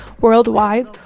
worldwide